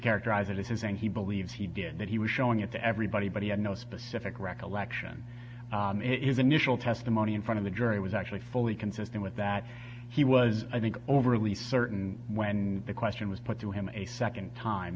characterize it as his and he believes he did that he was showing it to everybody but he had no specific recollection of initial testimony in front of the jury was actually fully consistent with that he was i think overly certain when the question was put to him a second time